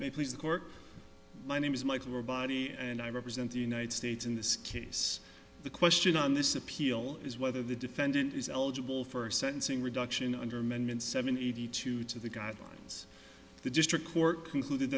they please the court my name is michael moore body and i represent the united states in this case the question on this appeal is whether the defendant is eligible for sentencing reduction under amendment seven eighty two to the guidelines the district court concluded